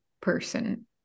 person